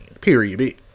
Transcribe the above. Period